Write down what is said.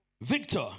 Victor